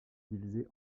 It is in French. divisé